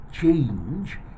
change